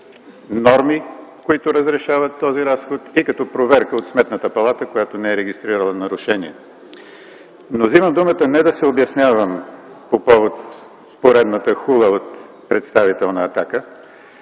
норми, които разрешават този разход, и като проверка от Сметната палата, която не е регистрирала нарушения. Вземам думата не за да се обяснявам по повод поредната хула от представител на „Атака”,